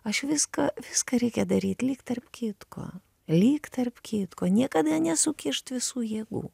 aš viską viską reikia daryt lyg tarp kitko lyg tarp kitko niekada nesukišt visų jėgų